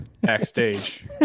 backstage